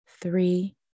three